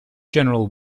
general